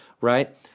right